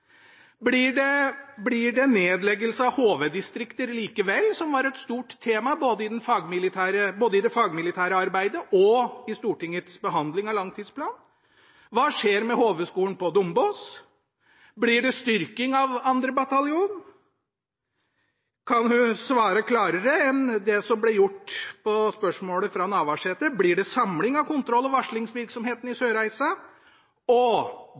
Blir det endringer der? Blir det nedleggelse av HV-distrikter likevel? Dette var et stort tema både i det fagmilitære arbeidet og i Stortingets behandling av langtidsplanen. Hva skjer med HV-skolen på Dombås? Blir det styrking av 2. bataljon? Kan hun svare klarere enn det som ble gjort på spørsmålet fra Navarsete: Blir det samling av kontroll- og varslingsvirksomheten i Sørreisa? Og